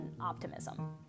optimism